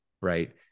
right